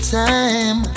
time